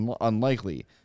unlikely